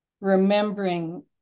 remembering